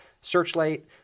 searchlight